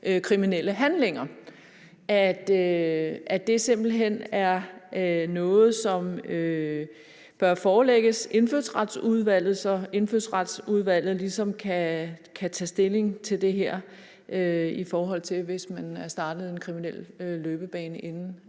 kriminelle handlinger. Altså i forhold til at det simpelt hen er noget, som bør forelægges Indfødsretsudvalget, så Indfødsretsudvalget ligesom kan tage stilling til det her, i forhold til hvis man er startet en kriminel løbebane, inden